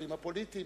הצרכים הפוליטיים,